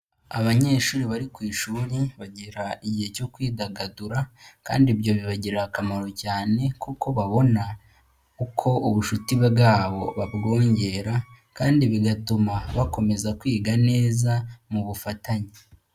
Abanyeshuri bari ku ishuri bagira igihe cyo kwidagadura, kandi ibyo bibagirira akamaro cyane kuko babona, uko ubushuti bwabo babwongera, kandi bigatuma bakomeza kwiga neza mu bufatanye.